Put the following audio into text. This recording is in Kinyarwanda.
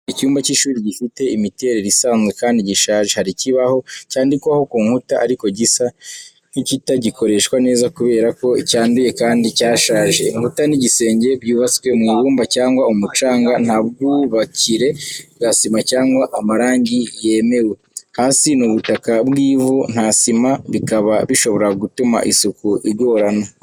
Icyumba cy’ishuri gifite imiterere isanzwe kandi gishaje. Hari ikibaho cyandikwaho ku nkuta ariko gisa nk’ikitagikoreshwa neza kubera ko cyanduye kandi cyashaje. Inkuta n’igisenge byubatswe mu ibumba cyangwa umucanga, nta bwubakire bwa sima cyangwa amarangi yemewe. Hasi ni ubutaka bw’ivu, nta sima, bikaba bishobora gutuma isuku igorana.